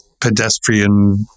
pedestrian